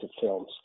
films